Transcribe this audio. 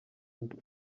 mbi